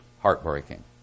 Heartbreaking